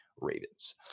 Ravens